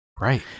Right